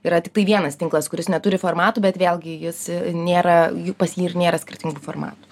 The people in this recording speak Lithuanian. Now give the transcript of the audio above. yra tiktai vienas tinklas kuris neturi formatų bet vėlgi jis nėra jų pas jį ir nėra skirtingų formatų